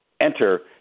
enter